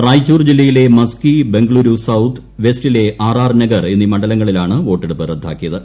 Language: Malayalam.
റായ്ചൂർ ജില്ലയിലെ മസ്കി ബംഗളുരു സൌത്ത് വെസ്റ്റിലെ ആർ ആർ നഗർ എന്നീ മണ്ഡലങ്ങളിലാണ് വോട്ടെടുപ്പ് റദ്ദാക്കിയത്